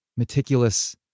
meticulous